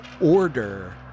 order